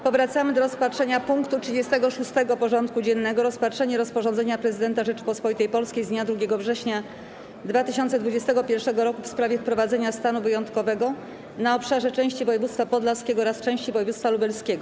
Powracamy do rozpatrzenia punktu 36. porządku dziennego: Rozpatrzenie rozporządzenia Prezydenta Rzeczypospolitej Polskiej z dnia 2 września 2021 r. w sprawie wprowadzenia stanu wyjątkowego na obszarze części województwa podlaskiego oraz części województwa lubelskiego.